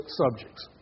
subjects